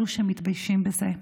אלו שמתביישים בזה,